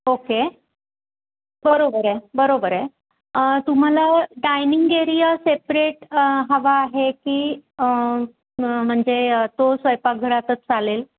okay बरोबर आहे बरोबर आहे तुम्हाला डायनिंग एरिया सेपरेट हवा आहे की म्हणजे तो स्वयंपाकघरातच चालेल